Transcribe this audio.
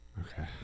Okay